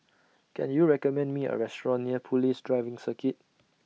Can YOU recommend Me A Restaurant near Police Driving Circuit